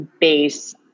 base